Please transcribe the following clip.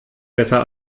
besser